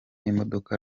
imodoka